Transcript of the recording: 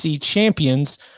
champions